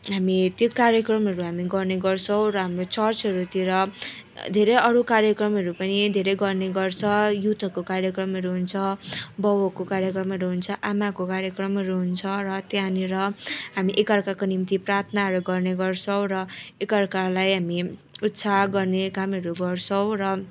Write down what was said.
हामी त्यो कार्यक्रमहरू हामी गर्ने गर्छौँ र हाम्रो चर्चहरूतिर धेरै अरू कार्यक्रमहरू पनि धेरै गर्ने गर्छ युथहरूको कार्यक्रमहरू हुन्छ बाउहरूको कार्यक्रमहरू हुन्छ आमाहरूको कार्यक्रमहरू हुन्छ र त्यहाँनिर हामी एकअर्काको निम्ति प्रार्थनाहरू गर्ने गर्छौँ र एकअर्कालाई हामी उत्साह गर्ने कामहरू गर्छौँ र